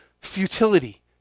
Futility